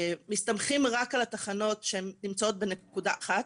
מסתמכים רק על התחנות שנמצאות בנקודה אחת,